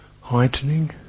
heightening